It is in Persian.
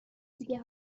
دیگه